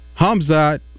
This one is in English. Hamzat